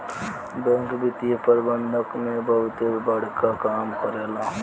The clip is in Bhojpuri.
बैंक वित्तीय प्रबंधन में बहुते बड़का काम करेला